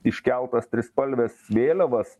iškeltas trispalves vėliavas